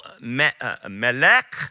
Melech